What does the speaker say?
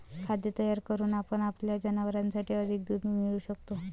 खाद्य तयार करून आपण आपल्या जनावरांसाठी अधिक दूध मिळवू शकतो